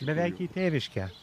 beveik į tėviškę